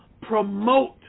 promote